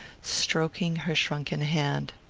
stroking her shrunken hand.